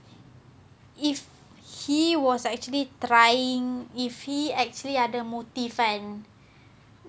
if he was actually trying if he actually ada motive kan